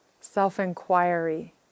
self-inquiry